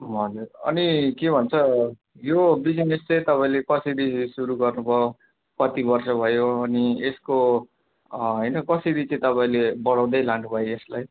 हजुर अनि के भन्छ यो बिजिनेस चाहिँ तपाईँले कसरी सुरु गर्नुभयो कति वर्ष भयो अनि यसको होइन कसरी चाहिँ तपाईँले बढाउँदै लानुभयो यसलाई